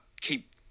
keep